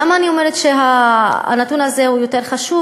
למה אני אומרת שהנתון הזה הוא יותר חשוב?